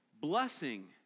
blessing